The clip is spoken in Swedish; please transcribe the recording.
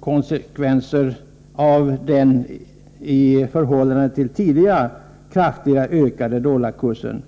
konsekvenserna av den i förhållande till tidigare kraftigt ökade dollarkursen.